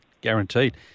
guaranteed